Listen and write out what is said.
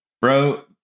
bro